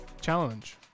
challenge